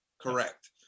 Correct